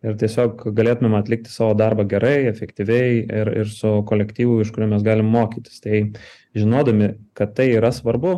ir tiesiog galėtumėm atlikti savo darbą gerai efektyviai ir ir su savo kolektyvu iš kurio mes galim mokytis tai žinodami kad tai yra svarbu